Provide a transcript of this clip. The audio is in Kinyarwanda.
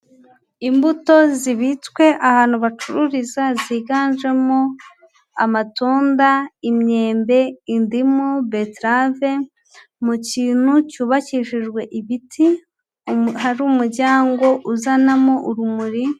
Imbuto zibitswe ahantu bacururiza ziganjemo amatunda, imyembe, indimu, beterave mu kintu cyubakishijwe ibiti, hari umuryango uzanamo urumuri.